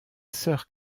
sœur